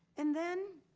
and then,